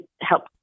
help